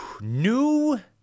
new